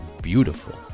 beautiful